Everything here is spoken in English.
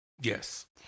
yes